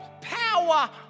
power